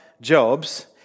jobs